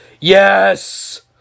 yes